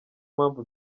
mpamvu